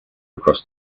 across